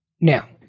Now